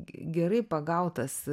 gerai pagautas